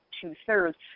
two-thirds